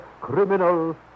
criminal